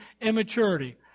immaturity